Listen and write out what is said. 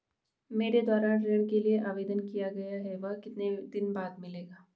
मेरे द्वारा ऋण के लिए आवेदन किया गया है वह कितने दिन बाद मिलेगा?